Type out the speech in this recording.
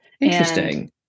Interesting